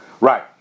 Right